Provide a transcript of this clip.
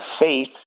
faith